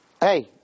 hey